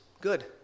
good